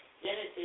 Genesis